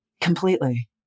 completely